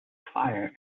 fire